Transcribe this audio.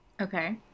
okay